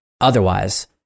otherwise